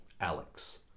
Alex